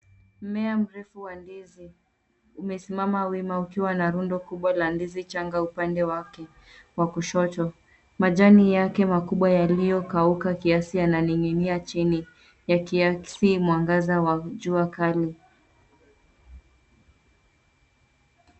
Mmea mrefu wa ndizi umesimama wima, ukiwa na rundo kubwa la ndizi changa upande wake wa kushoto. Majani yake makubwa yaliyokauka kiasi, yananing'inia chini yakiakisi mwangaza wa jua kali.